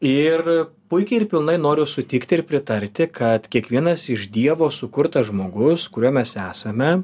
ir puikiai ir pilnai noriu sutikti ir pritarti kad kiekvienas iš dievo sukurtas žmogus kuriuo mes esame